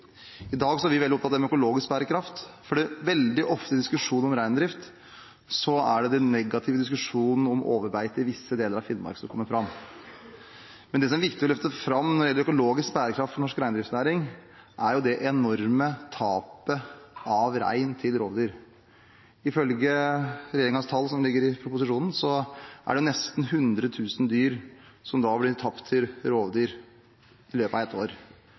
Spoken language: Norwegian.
I dag er vi veldig opptatt av det med økologisk bærekraft, for veldig ofte i diskusjonen om reindrift er det den negative diskusjonen om overbeite i visse deler av Finnmark som kommer fram. Men det som er viktig å løfte fram når det gjelder økologisk bærekraft i norsk reindriftsnæring, er det enorme tapet av rein til rovdyr. Ifølge regjeringens tall i proposisjonen er det nesten 100 000 dyr som blir tapt til rovdyr i løpet av et år.